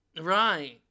Right